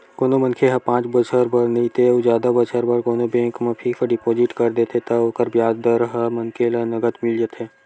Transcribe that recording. कोनो मनखे ह पाँच बछर बर नइते अउ जादा बछर बर कोनो बेंक म फिक्स डिपोजिट कर देथे त ओकर बियाज दर ह मनखे ल नँगत मिलथे